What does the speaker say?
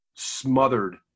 smothered